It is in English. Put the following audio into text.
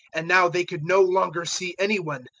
and now they could no longer see any one,